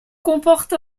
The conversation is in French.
comporte